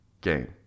game